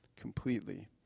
completely